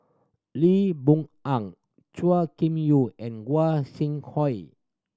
Lee Boon Ang Chua Kim Yew and Gua Sing Hui